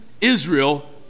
Israel